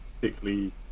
particularly